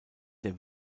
der